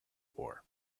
war